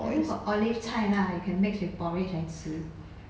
I know got olive 菜 lah you can mix with porridge and 吃